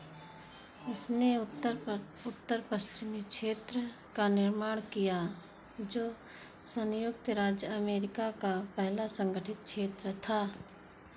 उसने उत्तर प्र उत्तर पश्चिमी क्षेत्र का निर्माण किया जो सन्युक्त राज्य अमेरिका का पहला संगठित क्षेत्र था